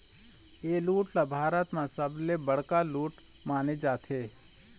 ए लूट ल भारत म सबले बड़का लूट माने जाथे